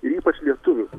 ir ypač lietuvių